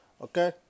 okay